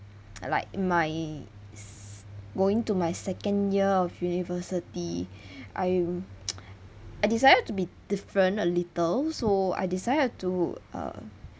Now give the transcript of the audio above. like my s~ going to my second year of university I I decided to be different a little so I decided to uh